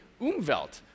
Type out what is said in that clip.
umwelt